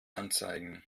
anzeigen